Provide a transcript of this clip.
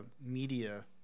media